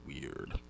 weird